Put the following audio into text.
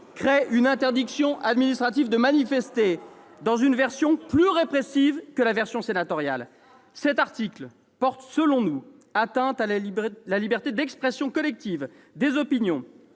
crée une interdiction administrative de manifester dans une version plus répressive que la version sénatoriale. Selon nous, cet article porte atteinte à la liberté d'expression collective des opinions